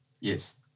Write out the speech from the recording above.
Yes